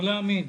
לא להאמין.